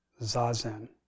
Zazen